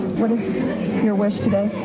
what is your wish today?